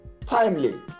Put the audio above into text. timely